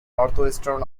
northwestern